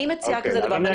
אני מציעה כזה דבר --- אוקיי,